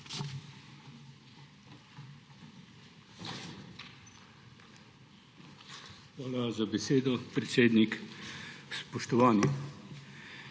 Hvala za besedo, predsednik.